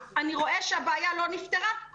אני רואה שהבעיה לא נפתרה,